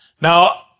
Now